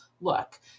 look